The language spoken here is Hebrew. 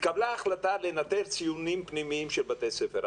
התקבלה החלטה לנטר ציונים פנימיים של בתי ספר.